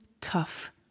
tough